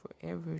forever